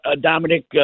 Dominic